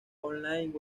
online